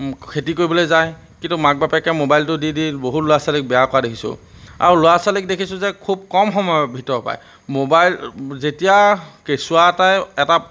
খেতি কৰিবলৈ যায় কিন্তু মাক বাপেকে মোবাইলটো দি দি বহুত ল'ৰা ছোৱালীক বেয়া কৰা দেখিছোঁ আৰু ল'ৰা ছোৱালীক দেখিছোঁ যে খুব কম সময়ৰ ভিতৰৰ পৰাই মোবাইল যেতিয়া কেঁচুৱা এটাই এটা